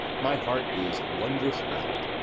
my heart is wondrous light,